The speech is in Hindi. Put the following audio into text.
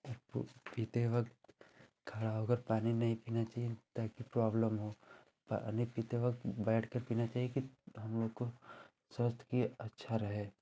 और पीते वक्त खड़ा होकर पानी नहीं पीना चाहिए ताकि प्रॉब्लम हो पानी पीते वक्त बैठकर पीना चाहिए कि हमलोग को स्वास्थ्य कि अच्छा रहे